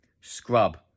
Scrub